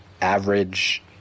average